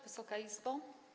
Wysoka Izbo!